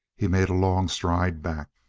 he made a long stride back.